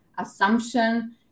assumption